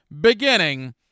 beginning